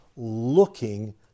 looking